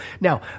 Now